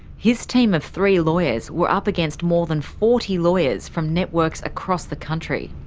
his team of three lawyers were up against more than forty lawyers from networks across the country.